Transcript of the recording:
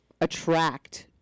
attract